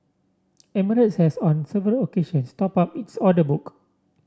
emirates has on several occasions topped up its order book